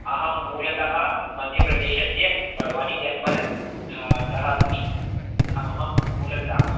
अहं मूलतः मध्यप्रदेशस्य बड्वानी जनपदतः अस्मि सः मम मूलग्रामः